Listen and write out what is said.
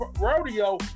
rodeo